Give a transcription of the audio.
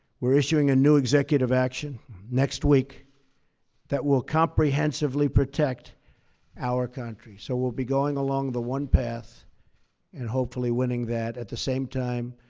we're issuing a new executive action next week that will comprehensively protect our country, so we'll be going along the one path and hopefully winning that. at the same time,